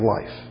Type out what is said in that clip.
life